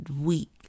week